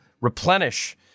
replenish